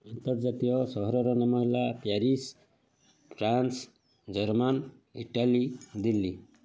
ଆନ୍ତର୍ଜାତୀୟ ସହରର ନାମ ହେଲା Paris France German Italy Delhi